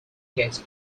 gates